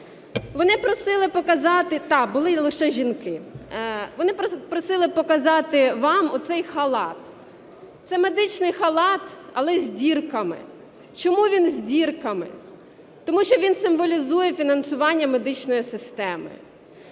Вони просили показати вам оцей халат. Це медичний халат, але з дірками. Чому він з дірками? Тому що він символізує фінансування медичної системи.